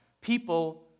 people